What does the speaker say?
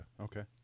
Okay